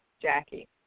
Jackie